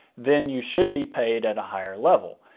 then you should be paid at a higher level.